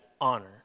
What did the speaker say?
honor